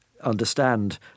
understand